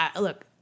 look